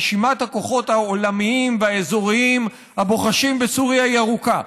רשימת הכוחות העולמיים והאזוריים הבוחשים בסוריה היא ארוכה.